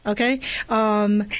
okay –